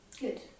Good